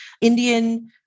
Indian